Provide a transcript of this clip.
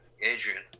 Adrian